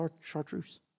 chartreuse